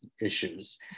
issues